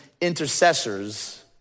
intercessors